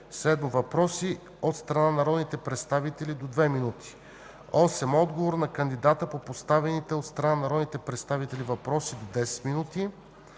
7. Въпроси от страна на народни представители – до две минути. 8. Отговор на кандидата по поставените от страна на народните представители въпроси – до 10 минути.